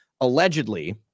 allegedly